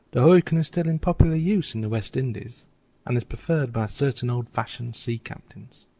the hurricane is still in popular use in the west indies and is preferred by certain old-fashioned sea-captains.